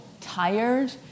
tired